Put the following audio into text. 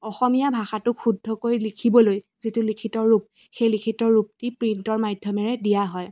অসমীয়া ভাষাটোক শুদ্ধকৈ লিখিবলৈ যিটো লিখিত ৰূপ সেই লিখিত ৰূপটি প্ৰিণ্টৰ মাধ্যমেৰে দিয়া হয়